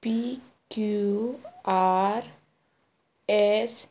P Q R S